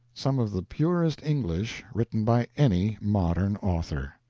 some of the purest english written by any modern author.